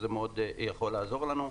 דבר שמאוד יכול לעזור לנו.